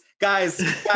Guys